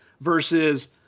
versus